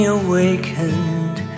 awakened